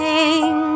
Sing